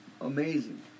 Amazing